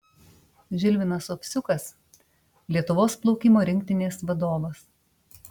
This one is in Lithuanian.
žilvinas ovsiukas lietuvos plaukimo rinktinės vadovas